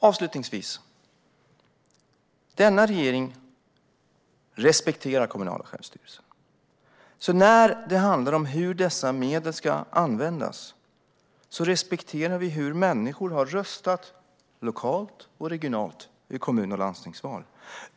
Avslutningsvis: Denna regering respekterar det kommunala självstyret, så när det handlar om hur dessa medel ska användas respekterar vi hur människor har röstat lokalt och regionalt i kommun och landstingsval.